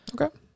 Okay